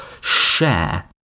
share